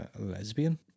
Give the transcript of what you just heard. Lesbian